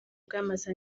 bwamaze